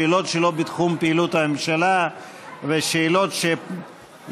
שאלות שלא בתחום פעילות הממשלה ושאלות שלדעתי